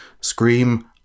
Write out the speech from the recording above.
Scream